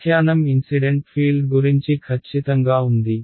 వ్యాఖ్యానం incident field గురించి ఖచ్చితంగా ఉంది